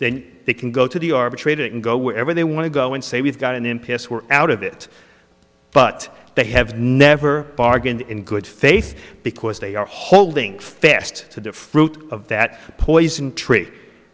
then they can go to the arbitrator can go wherever they want to go and say we've got an impasse we're out of it but they have never bargained in good faith because they are holding fast to the fruit of that poison tree